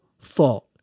thought